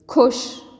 ਖੁਸ਼